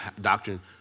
Doctrine